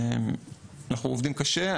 אנחנו עובדים קשה.